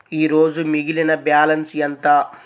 ఈరోజు మిగిలిన బ్యాలెన్స్ ఎంత?